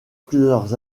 plusieurs